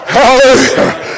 Hallelujah